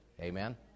Amen